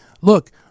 Look